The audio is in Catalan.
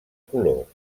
color